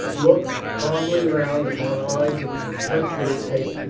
looked calmly round upon eyes of contemptuous hate.